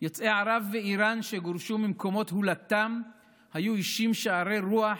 יוצאי ערב ואיראן שגורשו ממקומות הולדתם היו אישים שארי רוח,